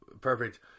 perfect